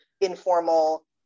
informal